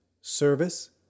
Service